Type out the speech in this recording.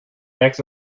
exo